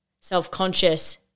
self-conscious